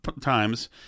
Times